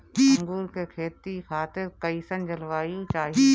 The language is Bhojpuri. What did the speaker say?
अंगूर के खेती खातिर कइसन जलवायु चाही?